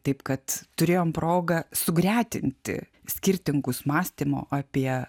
taip kad turėjom progą sugretinti skirtingus mąstymo apie